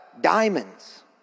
Diamonds